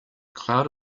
cloud